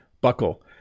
Buckle